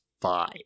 five